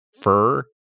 fur